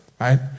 right